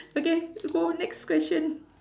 okay go next question